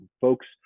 folks